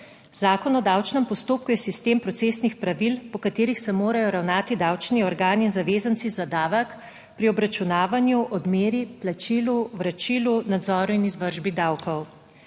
Zakon o davčnem postopku je sistem procesnih pravil, po katerih se morajo ravnati davčni organi in zavezanci za davek pri obračunavanju, odmeri, plačilu, vračilu, nadzoru in izvršbi davkov.